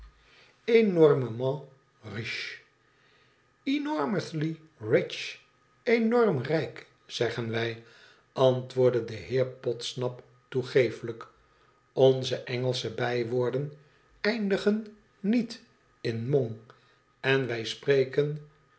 normously rich énorm rijk zeggen wij antwoordde de heer podsnap toegeeflijk onze ëngelsche bijwoorden eindigen niet in mong en wij spreken